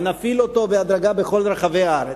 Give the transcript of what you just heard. ונפעיל אותו בהדרגה בכל רחבי הארץ,